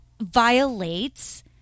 violates